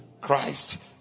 Christ